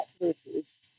versus